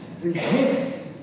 resist